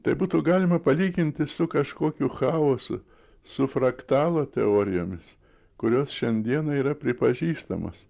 tai būtų galima palyginti su kažkokiu chaosu su fraktalo teorijomis kurios šiandieną yra pripažįstamos